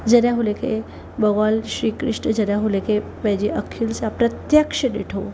जॾहिं हुनखे भॻवानु श्री कृष्ण जॾहिं हुन खे पंहिंजी अखियुनि सां प्रत्यक्ष ॾिठो